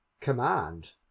command